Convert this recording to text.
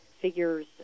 figures